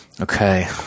Okay